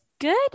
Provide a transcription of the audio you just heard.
good